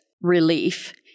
relief